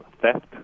theft